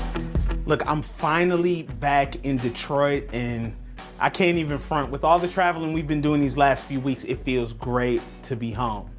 look, i'm finally back in detroit and i can't even front. with all the traveling we've been doing these last few weeks, it feels great to be home.